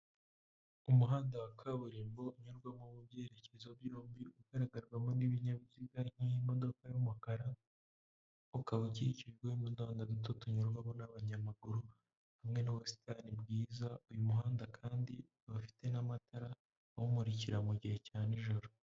Umuhanda wa kaburimbo unyurwamo mu byerekezo byombi, ugaragarwamo n'ibinyabiziga nk'imodoka y'umukara, ukaba ukikirwa n'uduhanda duto tunyurwamo n'abanyamaguru, hamwe n'ubusitani bwiza uyu muhanda kandi bafite n'amatara awumurikira mu gihe cya nijoro.